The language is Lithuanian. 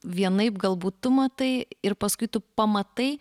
vienaip galbūt tu matai ir paskui tu pamatai